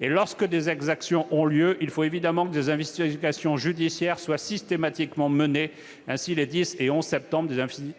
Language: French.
Lorsque des exactions ont lieu, il faut que des investigations judiciaires soient systématiquement menées. Ainsi, les 10 et 11 septembre,